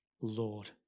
Lord